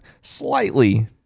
slightly